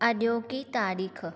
अॼोकी तारीख़